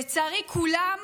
לצערי, כולם